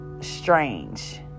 strange